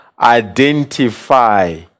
identify